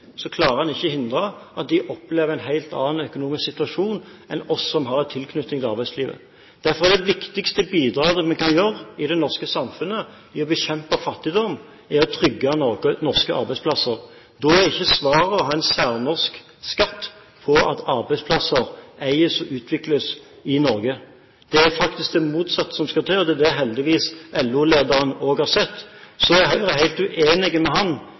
hindre at de opplever en helt annen økonomisk situasjon enn det vi som har tilknytting til arbeidslivet, gjør. Derfor er det viktigste bidraget vi kan gi i det norske samfunnet for å bekjempe fattigdom, å trygge norske arbeidsplasser. Da er ikke svaret å ha en særnorsk skatt på at arbeidsplasser eies og utvikles i Norge. Det er faktisk det motsatte som skal til, og det har òg heldigvis LO-lederen sett. Så er Høyre helt uenig med